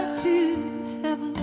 to